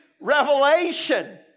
revelation